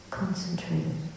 concentrated